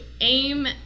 aim